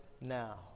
now